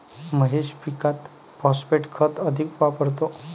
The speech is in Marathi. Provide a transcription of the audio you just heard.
महेश पीकात फॉस्फेट खत अधिक वापरतो